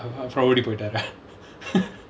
ஓடி போய்ட்டாரா:odi poittaaraa